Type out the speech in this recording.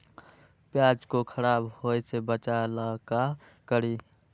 प्याज को खराब होय से बचाव ला का करी?